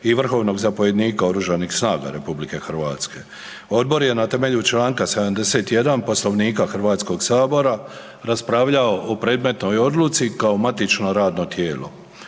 i vrhovnog zapovjednika Oružanih snaga RH. Odbor je na temelju čl. 71. Poslovnika Hrvatskog sabora raspravljao o predmetnoj odluci kao matično radno tijelo.